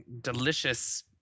delicious